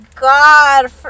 god